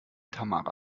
tamara